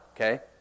okay